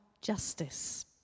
justice